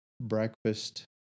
breakfast